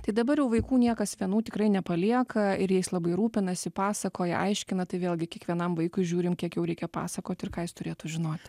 tai dabar jau vaikų niekas vienų tikrai nepalieka ir jais labai rūpinasi pasakoja aiškina tai vėlgi kiekvienam vaikui žiūrim kiek jau reikia pasakot ir ką jis turėtų žinot